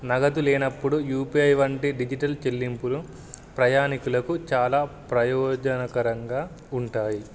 నగదు లేనప్పుడు U P I వంటి డిజిటల్ చెల్లింపులు ప్రయాణికులకు చాలా ప్రయోజనకరంగా ఉంటాయి